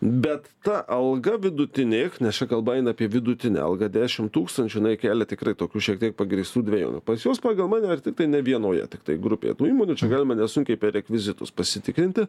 bet ta alga vidutinė nes čia kalba eina apie vidutinę algą dešim tūkstančių na ji kelia tikrai tokių šiek tiek pagrįstų dvejonių pas juos pagal mane ar tiktai ne vienoje tiktai grupėje tų įmonių čia galima nesunkiai rekvizitus pasitikrinti